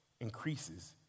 increases